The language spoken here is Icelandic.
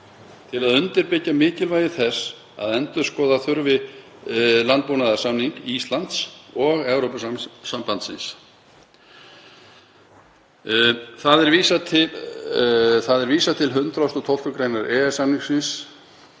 til að undirbyggja mikilvægi þess að endurskoða þurfi landbúnaðarsamning Íslands og Evrópusambandsins. Það að vísa til 112. gr. EES-samningsins